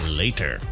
later